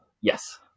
Yes